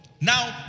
Now